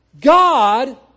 God